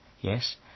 Yes